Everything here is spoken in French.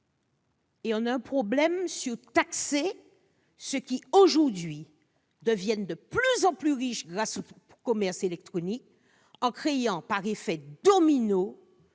Et nous rechignerions à taxer ceux qui aujourd'hui deviennent de plus en plus riches grâce au commerce électronique, créant, par effet domino,